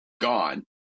gone